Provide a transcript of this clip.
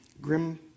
Grim